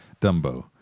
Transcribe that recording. Dumbo